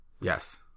Yes